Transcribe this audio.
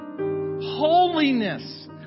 Holiness